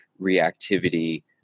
reactivity